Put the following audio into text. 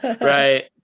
right